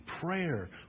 prayer